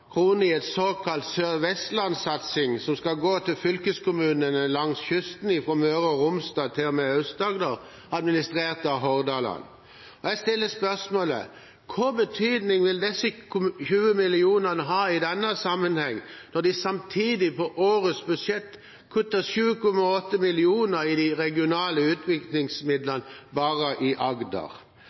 såkalt sørvestlandssatsing, som skal gå til fylkeskommunene langs kysten fra Møre og Romsdal til og med Aust-Agder, administrert av Hordaland. Jeg stiller spørsmålet: Hva slags betydning vil disse 20 mill. kr ha i denne sammenheng, når de samtidig på årets budsjett kutter 7,8 mill. kr i de regionale utviklingsmidlene bare i Agder?